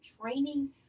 training